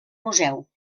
museu